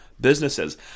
businesses